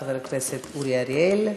חבר הכנסת אורי אריאל.